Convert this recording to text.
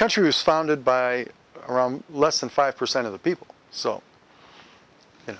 country was founded by less than five percent of the people so you know